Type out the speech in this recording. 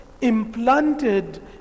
implanted